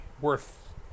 worth